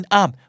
up